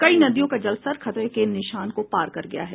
कई नदियों का जलस्तर खतरे के निशान को पार कर गया है